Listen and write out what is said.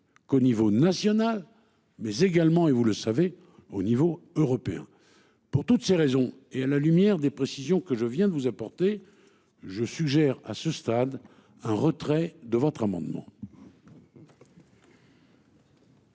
Qu'au niveau national mais également et vous le savez au niveau européen pour toutes ces raisons et à la lumière des précisions que je viens de vous apporter. Je suggère à ce stade, un retrait de votre amendement.